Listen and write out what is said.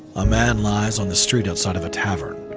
a man lies on the street outside of a tavern,